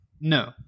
No